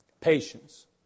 Patience